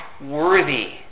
worthy